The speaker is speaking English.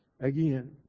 again